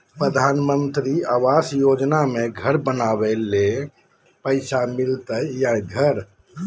प्रधानमंत्री आवास योजना में घर बनावे ले पैसा मिलते बोया घर?